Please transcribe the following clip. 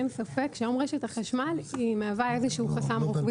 אין ספק שהיום רשת החשמל מהווה איזה שהוא חסם רוחבי,